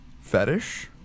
fetish